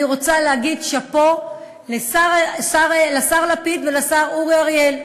אני רוצה להגיד שאפו לשר לפיד ולשר אורי אריאל.